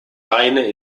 beine